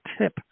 tip